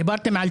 דיברתם על